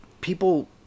people